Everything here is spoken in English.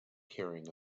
carrying